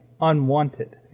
Unwanted